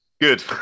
good